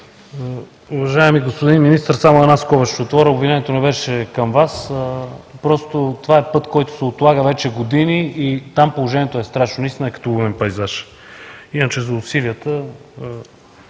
Уважаеми господин Министър, само една скоба ще отворя – обвинението не беше към Вас, а просто това е път, който се отлага вече години и там положението е страшно. Наистина е като лунен пейзаж, иначе – за усилията,